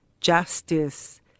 justice